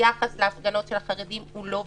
היחס להפגנות של החרדים הוא לא בסדר,